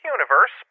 Universe